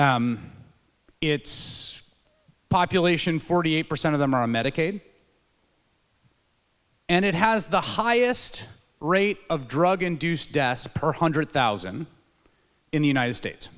its population forty eight percent of them are on medicaid and it has the highest rate of drug induced deaths per one hundred thousand in the united states